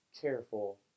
careful